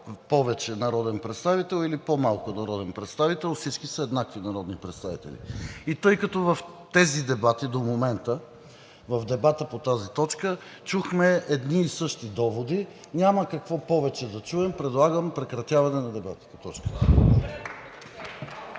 повече народен представител или по-малко народен представител, всички са еднакви народни представители. Тъй като в тези дебати до момента – в дебата по тази точка, чухме едни и същи доводи, няма какво повече да чуем, предлагам прекратяване на дебата по точката.